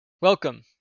Welcome